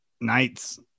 nights